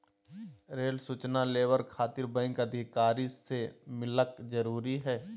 Rail सूचना labour खातिर bank अधिकारी से मिलक जरूरी है?